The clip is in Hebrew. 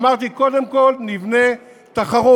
אמרתי: קודם כול נבנה תחרות.